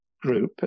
group